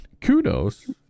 kudos